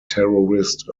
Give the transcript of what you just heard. terrorist